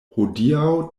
hodiaŭ